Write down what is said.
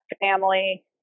family